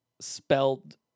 spelled